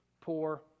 poor